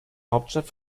hauptstadt